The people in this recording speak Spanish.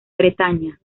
bretaña